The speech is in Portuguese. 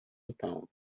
então